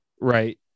right